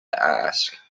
ask